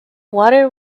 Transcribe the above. water